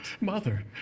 Mother